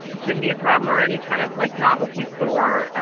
shouldn't be a problem or any kind of, like, novelty stores